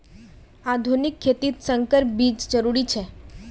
आधुनिक खेतित संकर बीज जरुरी छे